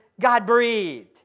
God-breathed